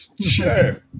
Sure